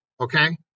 okay